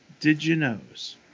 did-you-knows